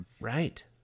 right